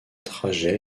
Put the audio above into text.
trajet